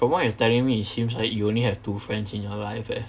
from what you are telling me it's like you only have two friends in your life eh